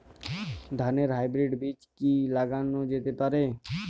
ধানের হাইব্রীড বীজ কি লাগানো যেতে পারে?